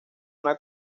una